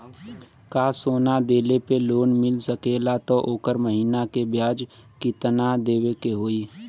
का सोना देले पे लोन मिल सकेला त ओकर महीना के ब्याज कितनादेवे के होई?